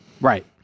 Right